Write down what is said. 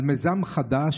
על מיזם חדש,